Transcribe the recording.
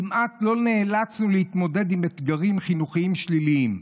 כמעט לא נאלצנו להתמודד עם אתגרים חינוכיים שליליים.